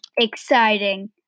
exciting